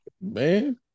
Man